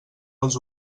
els